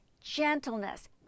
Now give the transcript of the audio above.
gentleness